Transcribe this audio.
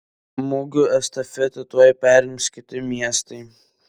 mugių estafetę tuoj perims kiti miestai